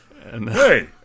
Hey